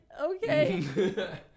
okay